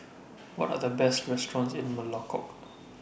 What Are The Best restaurants in Melekeok